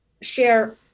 share